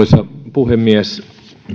puhemies